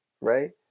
right